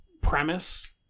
premise